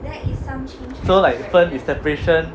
so like 分 is separation